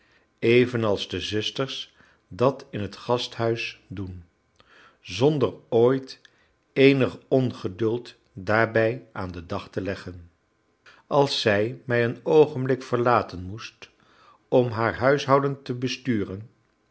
evenals de zusters dat in het gasthuis doen zonder ooit eenig ongeduld daarbij aan den dag te leggen als zij mij een oogenblik verlaten moest om haar huishouden te besturen